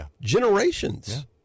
generations